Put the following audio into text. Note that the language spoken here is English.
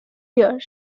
here